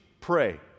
pray